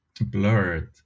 blurred